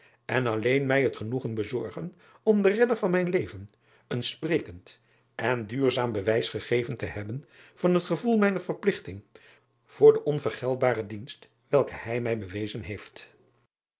en alleen mij het genoegen bezorgen om den redder van mijn leven een sprekend en duurzaam bewijs gegeven te hebben van het gevoel mijner verpligting voor den onvergeldbaren dienst welken hij mij bewezen heeft